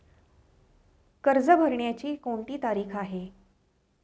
कर्ज भरण्याची कोणती तारीख आहे?